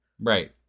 Right